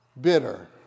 bitter